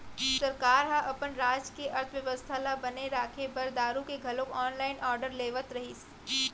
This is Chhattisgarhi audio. सरकार ह अपन राज के अर्थबेवस्था ल बने राखे बर दारु के घलोक ऑनलाइन आरडर लेवत रहिस